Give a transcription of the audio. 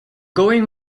going